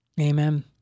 Amen